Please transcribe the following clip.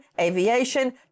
Aviation